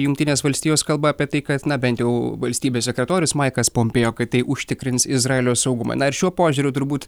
jungtinės valstijos kalba apie tai kad na bent jau valstybės sekretorius maiklas pompėjo kad tai užtikrins izraelio saugumą na ir šiuo požiūriu turbūt